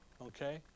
okay